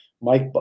Mike